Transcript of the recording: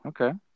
Okay